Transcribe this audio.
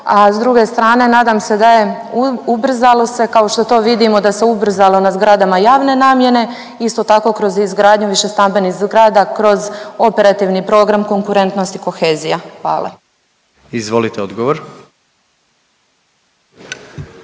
a s druge strane nadam se da je ubrzalo se kao što to vidimo da se ubrzalo na zgradama javne namjene isto tako kroz izgradnju višestambenih zgrada kroz operativni program Konkurentnost i kohezija. Hvala. **Jandroković,